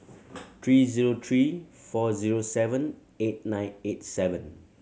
three zero three four zero seven eight nine eight seven